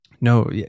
No